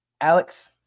Alex